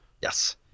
yes